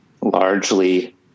largely